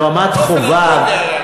ברמת-חובב,